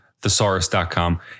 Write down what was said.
Thesaurus.com